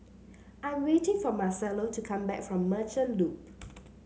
I'm waiting for Marcello to come back from Merchant Loop